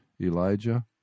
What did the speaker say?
Elijah